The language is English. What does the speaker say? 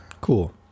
Cool